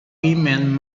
women